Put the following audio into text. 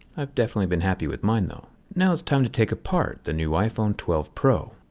i've definitely been happy with mine though. now it's time to take apart the new iphone twelve pro.